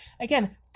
Again